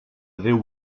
déu